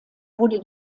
wurde